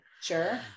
Sure